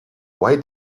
why